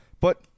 But-